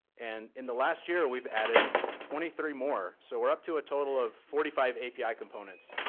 and in the last year, we've added twenty three more, so we're up to a total of forty five api components,